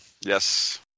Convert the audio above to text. Yes